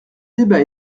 débat